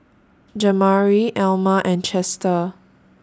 Jamari Elma and Chester